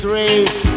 race